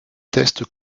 test